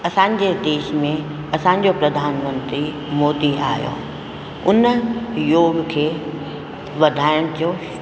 असांजे देश में असांजो प्रधानमंत्री मोदी आया उन योग खे वधाइण जो